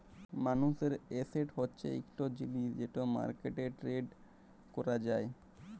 মালুসের এসেট হছে ইকট জিলিস যেট মার্কেটে টেরেড ক্যরা যায়